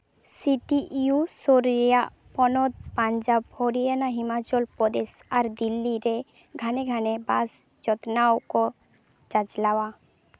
C T U ᱥᱩᱨ ᱨᱮᱭᱟᱜ ᱯᱚᱱᱚᱛ ᱯᱟᱧᱡᱟᱵᱽ ᱦᱚᱨᱤᱭᱟᱱᱟ ᱦᱤᱢᱟᱪᱚᱞ ᱯᱨᱚᱫᱮᱥ ᱟᱨ ᱫᱤᱞᱞᱤ ᱨᱮ ᱜᱷᱟᱱᱮ ᱜᱷᱟᱱᱮ ᱵᱟᱥ ᱡᱚᱛᱱᱟᱣ ᱠᱚ ᱪᱟᱪᱟᱞᱟᱣᱟ